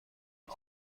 ادم